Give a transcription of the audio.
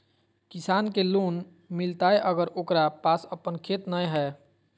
किसान के लोन मिलताय अगर ओकरा पास अपन खेत नय है?